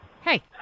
Hey